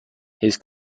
his